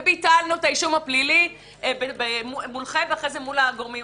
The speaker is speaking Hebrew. וביטלנו את האישום הפלילי מולכם ואחרי זה מול הגורמים.